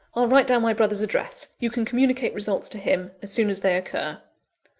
i'll write down my brother's address you can communicate results to him, as soon as they occur.